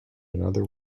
another